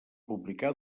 publicà